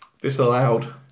Disallowed